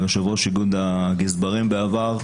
ויושב-ראש איגוד הגזברים בעבר,